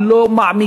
היא לא מעמיקה.